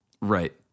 Right